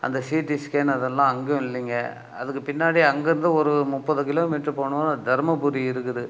அந்த CT scan அதெல்லாம் அங்கேயும் இல்லைங்க அதுக்கு பின்னாடி அங்கருந்து ஒரு முப்பது கிலோமீட்டர் போனால் தருமபுரி இருக்குது